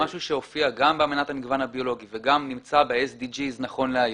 משהו שהופיע גם באמנת המגוון הביולוגי וגם נמצא ב- SDGsנכון להיום,